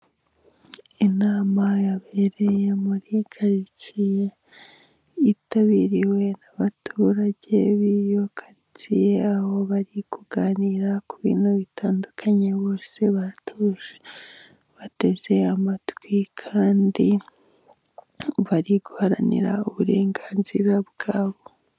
Inama yabereye muri karitsiye, yitabiriwe n'abaturage b'iyo karatsiye, aho bari kuganira ku bintu bitandukanye bose batuje, bateze amatwi kandi bari guharanira uburenganzira bwabo.